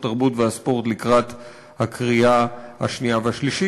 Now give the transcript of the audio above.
התרבות והספורט לקראת הקריאה השנייה והשלישית.